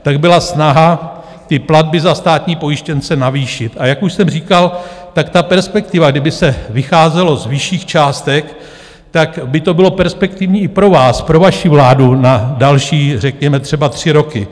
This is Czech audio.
Tady byla snaha platby za státní pojištěnce navýšit, a jak už jsem říkal, ta perspektiva, kdyby se vycházelo z vyšších částek, tak by to bylo perspektivní i pro vás, pro vaši vládu na další řekněme třeba tři roky.